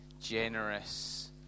generous